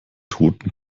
toten